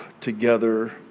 together